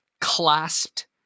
clasped